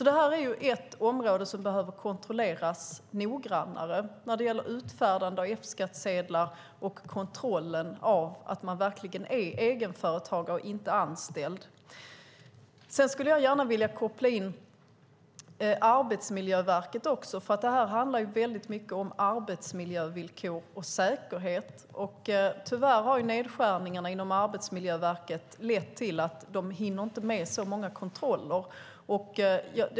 Detta är ett område som behöver kontrolleras noggrannare, alltså utfärdandet av F-skattsedlar och kontrollen av att man verkligen är egenföretagare och inte anställd. Jag skulle gärna vilja koppla in även Arbetsmiljöverket eftersom detta handlar mycket om arbetsmiljövillkor och säkerhet. Tyvärr har nedskärningarna inom Arbetsmiljöverket lett till att de inte hinner med så många kontroller.